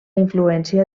influència